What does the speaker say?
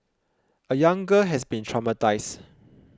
a young girl has been traumatised